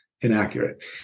inaccurate